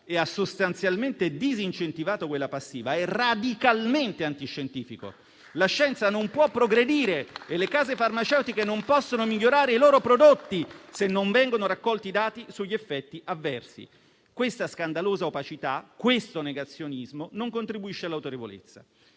e ha sostanzialmente disincentivato quella passiva, è radicalmente anti-scientifico. La scienza non può progredire e le case farmaceutiche non possono migliorare i loro prodotti se non vengono raccolti i dati sugli effetti avversi. Questa scandalosa opacità e questo negazionismo non contribuiscono all'autorevolezza.